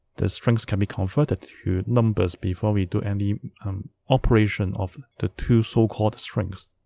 the strings can be converted to numbers before we do any operation of the two so-called strings